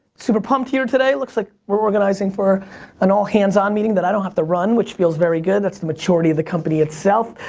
super pumped here today. it looks like we're organizing for an all hands-on meeting that i don't have to run, which feels very good. that's the maturity of the company itself.